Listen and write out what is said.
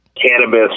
cannabis